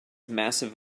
massive